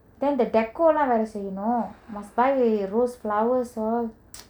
then the deco lah வேர செய்யணு:vera seiyanu most by rose flowers all